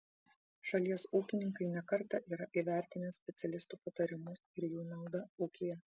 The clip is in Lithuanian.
šalies ūkininkai ne kartą yra įvertinę specialistų patarimus ir jų naudą ūkyje